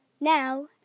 Now